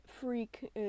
freak